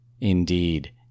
Indeed